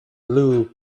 blue